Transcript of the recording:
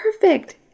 perfect